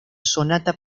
sonata